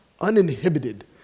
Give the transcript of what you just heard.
Uninhibited